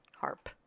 harp